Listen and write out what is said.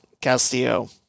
Castillo